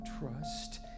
trust